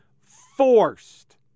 forced